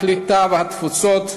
הקליטה והתפוצות,